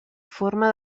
forma